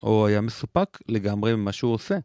או היה מסופק לגמרי ממה שהוא עושה.